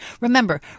Remember